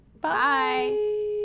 bye